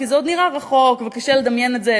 כי זה עוד נראה רחוק וקשה לדמיין את זה,